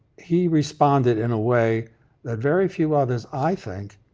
he responded in a way that very few others, i think,